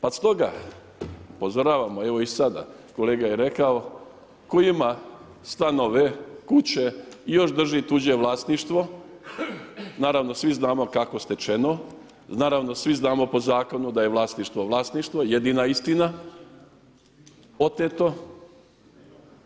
Pa stoga, upozoravamo, evo i sada, kolega je rekao, tko ima stanove, kuće i još drži tuđe vlasništvo, naravno svi znamo kako stečeno, naravno svi znamo po zakonu da je vlasništvo – vlasništvo, jedina istina, oteto.